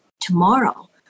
tomorrow